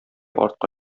артка